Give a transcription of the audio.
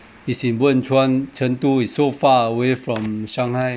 is in wenchuan chengdu is so far away from shanghai